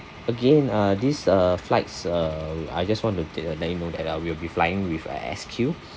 again uh this uh flights uh I just want to take uh let you know that uh we will be flying with uh S_Q